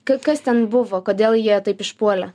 ka kas ten buvo kodėl jie taip išpuolė